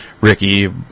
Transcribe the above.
ricky